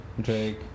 Drake